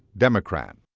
democrat.